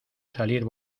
salir